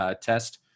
test